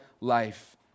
life